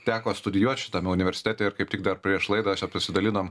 teko studijuot šitame universitete ir kaip tik dar prieš laidą čia pasidalinom